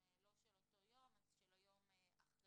אם לא של אותו יום אז של יום אחרי.